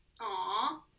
Aw